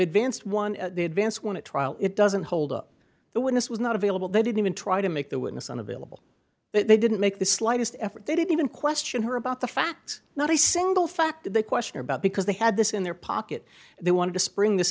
advanced one advance went to trial it doesn't hold up the witness was not available they didn't even try to make the witness unavailable they didn't make the slightest effort they didn't even question her about the facts not a single fact they questioned about because they had this in their pocket they wanted to spring this